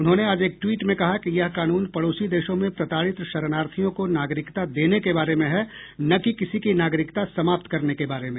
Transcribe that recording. उन्होंने आज एक ट्वीट में कहा कि यह कानून पड़ोसी देशों में प्रताड़ित शरणार्थियों को नागरिकता देने के बारे में है न कि किसी की नागरिकता समाप्त करने के बारे में